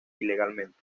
ilegalmente